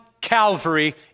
Calvary